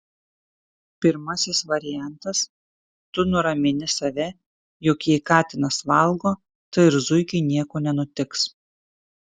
pirmasis variantas tu nuramini save jog jei katinas valgo tai ir zuikiui nieko nenutiks